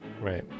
Right